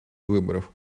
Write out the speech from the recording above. выборов